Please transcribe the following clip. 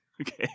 Okay